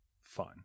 fun